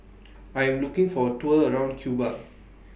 I Am looking For A Tour around Cuba